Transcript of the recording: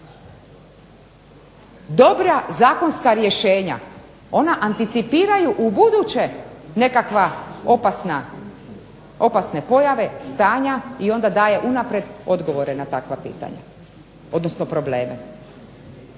Dobra zakonska rješenja anticipiraju ubuduće nekakve opasne pojave, stanja i onda daje unaprijed odgovore na takva pitanja, odnosno probleme.